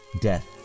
Death